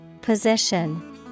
Position